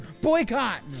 Boycott